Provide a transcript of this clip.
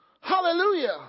Hallelujah